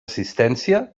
assistència